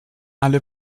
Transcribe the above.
alle